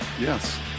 Yes